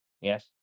Yes